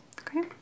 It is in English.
okay